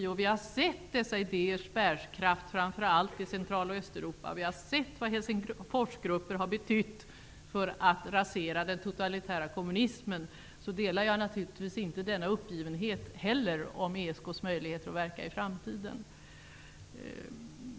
Eftersom vi har sett dessa idéers bärkraft framför allt i Central och Östeuropa och vad Helsingforsgrupper har betytt för att rasera den totalitära kommunismen, delar jag inte uppgivenheten vad gäller ESK:s möjligheter att verka i framtiden.